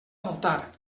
faltar